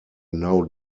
now